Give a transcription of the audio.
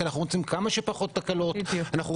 כי אנחנו רוצים כמה שפחות תקלות ופליטות,